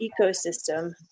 ecosystem